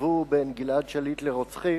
שהשוו בין גלעד שליט לרוצחים.